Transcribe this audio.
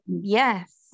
Yes